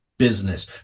business